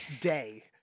day